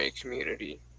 community